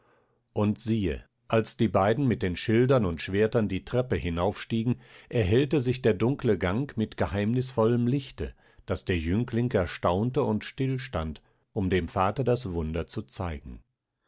und siehe als die beiden mit den schildern und schwertern die treppe hinauf stiegen erhellte sich der dunkle gang mit geheimnisvollem lichte daß der jüngling erstaunte und still stand um dem vater das wunder zu zeigen